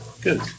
Good